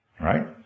right